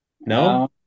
no